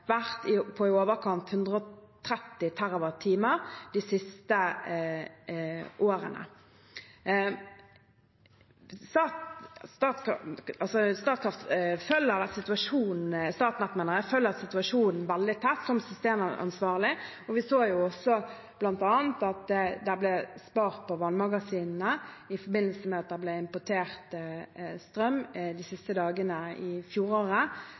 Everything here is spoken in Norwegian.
vært på i overkant av 130 TWh de siste årene. Statnett følger situasjonen veldig tett som systemansvarlig. Vi så også bl.a. at det ble spart på vannmagasinene i forbindelse med at det ble importert strøm de siste dagene av fjoråret,